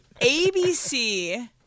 abc